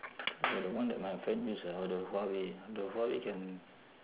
ya the one that my friend use like all the huawei the huawei can